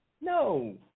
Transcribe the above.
No